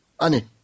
ani